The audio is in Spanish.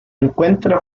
encuentra